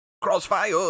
Crossfire